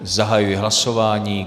Zahajuji hlasování.